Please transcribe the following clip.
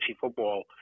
football